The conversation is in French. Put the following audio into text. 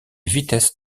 vitesse